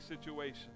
situation